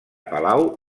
palau